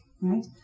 right